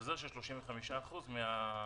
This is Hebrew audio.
והחזר של 35% מן התרומה.